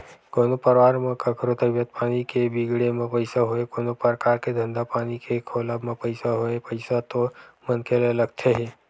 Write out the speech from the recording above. कोनो परवार म कखरो तबीयत पानी के बिगड़े म पइसा होय कोनो परकार के धंधा पानी के खोलब म पइसा होय पइसा तो मनखे ल लगथे ही